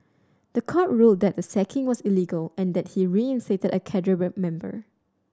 the court ruled that the sacking was illegal and that he was reinstated as a cadre member